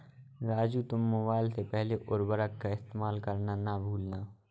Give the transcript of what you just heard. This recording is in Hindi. राजू तुम मोबाइल से पहले उर्वरक का इस्तेमाल करना ना भूलना